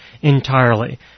entirely